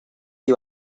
you